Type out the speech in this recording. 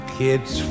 kids